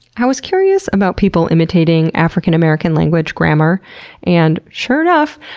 i was curious about people imitating african american language grammar and sure enough,